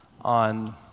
on